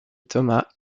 thomas